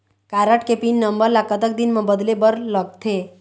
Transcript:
Card के PIN number ला कतक दिन म बदले बर लगथे?